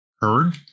heard